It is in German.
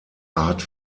art